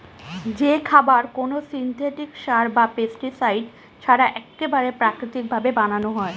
যে খাবার কোনো সিনথেটিক সার বা পেস্টিসাইড ছাড়া এক্কেবারে প্রাকৃতিক ভাবে বানানো হয়